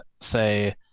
say